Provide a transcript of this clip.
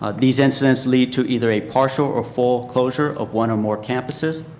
ah these incidents lead to either a partial or full closure of one or more campuses.